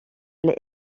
elle